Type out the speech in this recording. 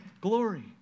glory